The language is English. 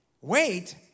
Wait